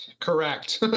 Correct